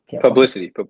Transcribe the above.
Publicity